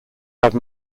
have